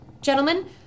Gentlemen